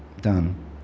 Done